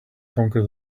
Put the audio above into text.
conquer